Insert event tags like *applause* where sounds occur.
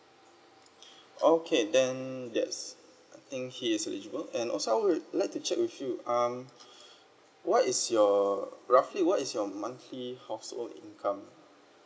okay then yes I think he is eligible and also I would like to check with you um *breath* what is your roughly what is your monthly household income